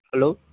hello